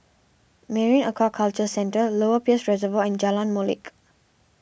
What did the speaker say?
Marine Aquaculture Centre Lower Peirce Reservoir and Jalan Molek